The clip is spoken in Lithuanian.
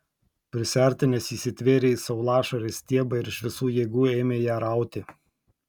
prisiartinęs įsitvėrė į saulašarės stiebą ir iš visų jėgų ėmė ją rauti